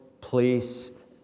placed